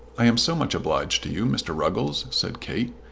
i am so much obliged to you, mr. ruggles, said kate,